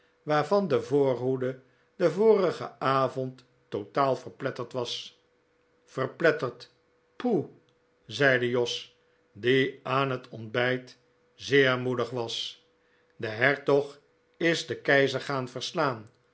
waarvan de voorhoede den vorigen avond totaal verpletterd was verpletterd poeh zeide jos die aan het ontbijt zeer moedig was de hertog is den keizer gaan verslaan